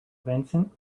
vincent